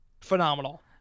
Phenomenal